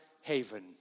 haven